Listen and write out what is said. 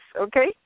okay